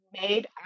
made